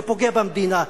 זה פוגע במדינה,